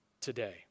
today